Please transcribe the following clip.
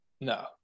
No